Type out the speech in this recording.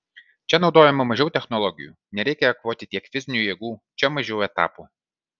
čia naudojama mažiau technologijų nereikia eikvoti tiek fizinių jėgų čia mažiau etapų